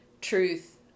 truth